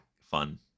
fun